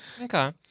Okay